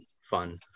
fun